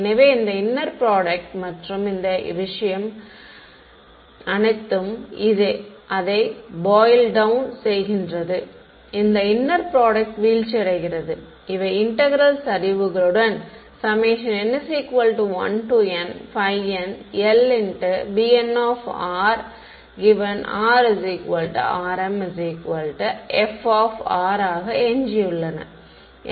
எனவே இந்த inner product மற்றும் இந்த விஷயங்கள் அனைத்தும் அதை பாயில் டவுன் செய்கின்றது இந்த இன்னர் ப்ரோடுக்ட் வீழ்ச்சியடைகிறது இவை இன்டெக்ரேல் சரிவுகளுடன் n1NnLbn|rrmf ஆக எஞ்சியுள்ளன